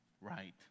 right